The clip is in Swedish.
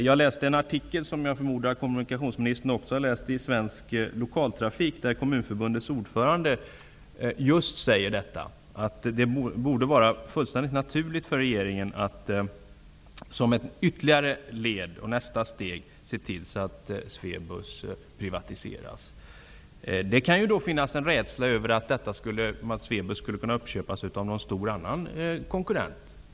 Jag läste i en artikel -- som jag förmodar att kommunikationsministern också har läst -- i Svensk Lokaltrafik att Kommunförbundets ordförande säger att det borde vara fullständigt naturligt för regeringen att, som ett ytterligare led och som nästa steg, se till att Swebus privatiseras. Det kan finnas en rädsla för att Swebus köps upp av någon annan, stor konkurrent.